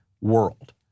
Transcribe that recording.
world